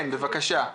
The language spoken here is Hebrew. בבקשה.